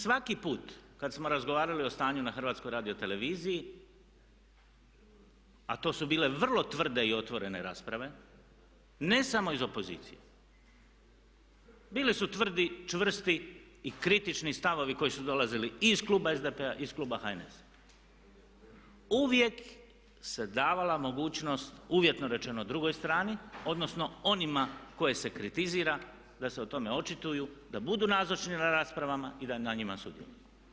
Svaki put kad smo razgovarali o stanju na HRT-u, a to su bile vrlo tvrde i otvorene rasprave ne samo iz opozicije, bili su tvrdi, čvrsti i kritični stavovi koji su dolazili i iz kluba SDP-a i iz kluba HNS-a, uvijek se davala mogućnost uvjetno rečeno drugoj strani odnosno onima koje se kritizira da se o tome očituju, da budu nazočni na raspravama i da na njima sudjeluju.